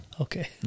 Okay